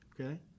Okay